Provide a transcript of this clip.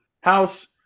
house